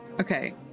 Okay